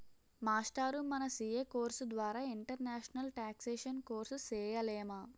మాస్టారూ మన CA course ద్వారా ఇంటర్నేషనల్ టేక్సేషన్ కోర్సు సేయలేమా